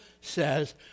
says